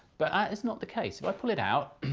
but ah that's not the case. if i pull it out,